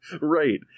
Right